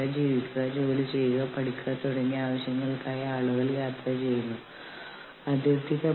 കൂടാതെ സംഘടനക്ക് നിങ്ങൾക്കായി പലതും ചെയ്യാൻ കഴിയും